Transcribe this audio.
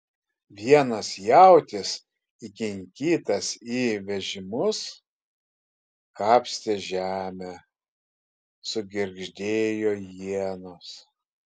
vienas jautis įkinkytas į vežimus kapstė žemę sugirgždėjo ienos